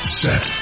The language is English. set